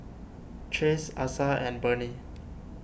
Chase Asa and Burney